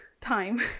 time